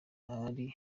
uri